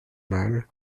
mal